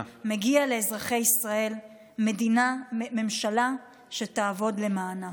מגיע לאזרחי מדינת ישראל ממשלה שתעבוד למענם.